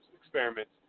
experiments